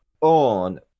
on